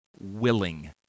willing